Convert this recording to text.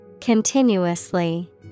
Continuously